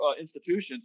institutions